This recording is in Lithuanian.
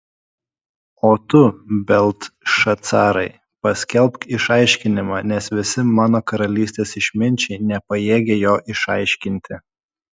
o tu beltšacarai paskelbk išaiškinimą nes visi mano karalystės išminčiai nepajėgia jo išaiškinti